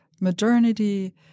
modernity